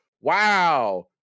wow